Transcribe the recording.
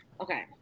Okay